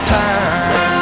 time